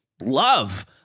love